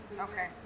Okay